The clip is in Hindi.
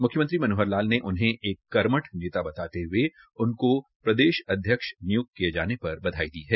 म्ख्यमंत्री मनोंहर लाल ने उन्हें एक कर्मठ नेता बताते हए उनको प्रदेश अध्यक्ष निय्क्त किए जाने पर बधाई दी है